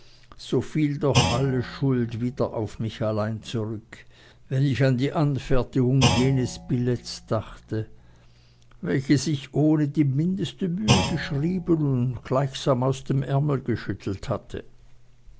so fiel doch alle schuld wieder auf mich allein zurück wenn ich an die anfertigung jenes billetts dachte welches ich ohne die mindeste mühe geschrieben und gleichsam aus dem ärmel geschüttelt hatte